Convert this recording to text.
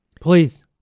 Please